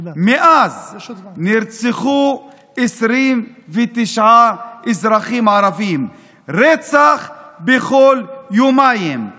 מאז נרצחו 29 אזרחים ערבים רצח בכל יומיים.